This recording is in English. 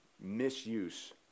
misuse